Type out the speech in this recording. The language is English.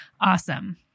awesome